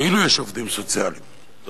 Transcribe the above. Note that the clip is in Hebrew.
כאילו יש עובדים סוציאליים שהם עשירים.